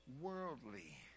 worldly